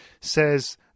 says